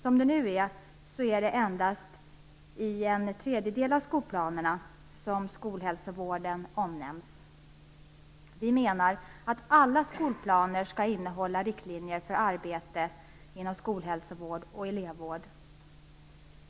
Som det är nu är det endast i en tredjedel av skolplanerna som skolhälsovården omnämns. Vi menar att alla skolplaner skall innehålla riktlinjer för arbete inom skolhälsovård och elevvård.